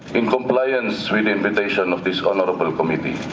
in compliance with the invitation of this honourable committee